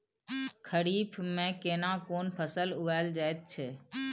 खरीफ में केना कोन फसल उगायल जायत छै?